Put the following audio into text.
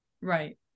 Right